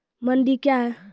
मंडी क्या हैं?